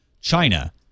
China